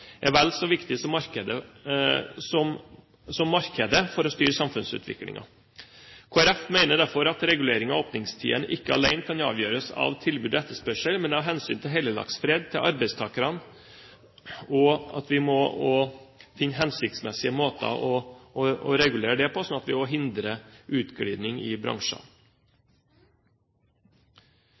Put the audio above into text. er vel så viktig som markedet for å styre samfunnsutviklingen. Kristelig Folkeparti mener derfor at regulering av åpningstidene ikke alene kan avgjøres av tilbud og etterspørsel, men av hensynet til arbeidstakernes helligdagsfred. Vi må finne hensiktsmessige måter å regulere det på, sånn at vi hindrer utglidning i